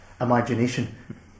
imagination